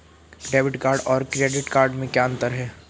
Debit card और credit card में क्या अंतर है?